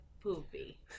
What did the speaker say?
poopy